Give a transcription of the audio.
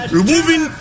removing